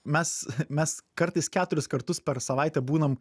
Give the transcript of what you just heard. mes mes kartais keturis kartus per savaitę būnam